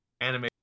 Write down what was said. anime